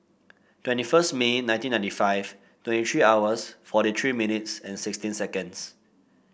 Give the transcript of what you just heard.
twenty first May nineteen ninety five twenty three hours forty three minutes and sixteen seconds